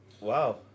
Wow